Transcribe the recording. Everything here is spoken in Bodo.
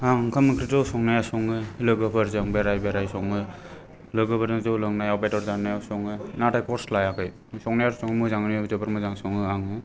आं ओंखाम ओंख्रिथ' संनाया सङो लोगोफोरजों बेराय बेराय सङो लोगोफोरजों जौ लोंनायाव बेदर जानायाव सङो नाथाय कर्स लायाखै संनाया सङो जोबोर मोजाङैनो ओंख्रिफोर सङो आङो